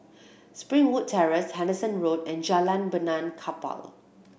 Springwood Terrace Henderson Road and Jalan Benaan Kapal